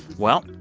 well,